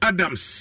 Adams